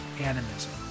animism